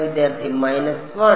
വിദ്യാർത്ഥി മൈനസ് 1